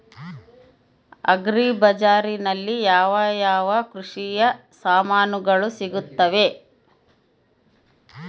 Agri ಬಜಾರಿನಲ್ಲಿ ಯಾವ ಯಾವ ಕೃಷಿಯ ಸಾಮಾನುಗಳು ಸಿಗುತ್ತವೆ?